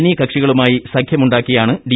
എന്നീ കക്ഷികളുമായി സഖ്യമുണ്ടാക്കി യാണ് ഡി